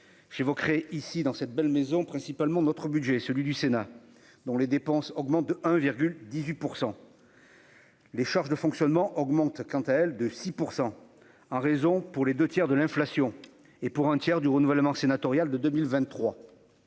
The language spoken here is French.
j'évoquerai ici dans cette belle maison principalement notre budget, celui du Sénat, dont les dépenses augmentent de 1 virgule 18 % les charges de fonctionnement augmentent quant à elle, de 6 % en raison pour les 2 tiers de l'inflation et pour un tiers du renouvellement sénatorial de 2023,